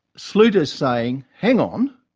schluter's saying, hang on,